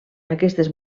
aquestes